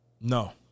No